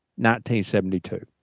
1972